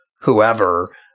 whoever